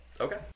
okay